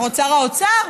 שר האוצר,